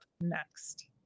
next